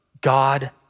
God